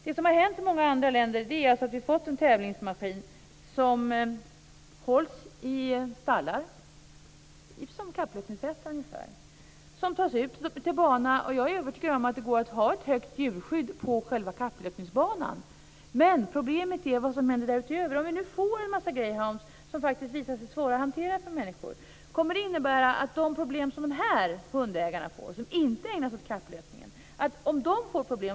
Det som har hänt i många andra länder är att vi har fått tävlingsmaskiner som hålls i stallar som kapplöpningshästar ungefär. De tas sedan ut till bana. Jag är övertygad om att det går att ha ett högt djurskydd på själva kapplöpningsbanan, men problemet är vad som händer därutöver. Om vi nu får en massa greyhounds som faktiskt visar sig svåra att hantera för människor, vad kommer det att innebära för de hundägare som inte ägnar sig åt kapplöpningen? De kan få problem.